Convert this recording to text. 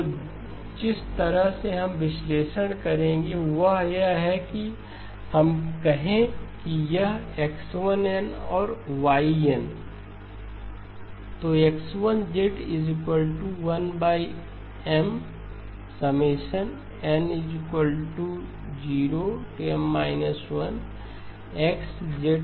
तो जिस तरह से हम विश्लेषण करेंगे वह यह है कि हम कहें कि यह है X1 n और y n